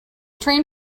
train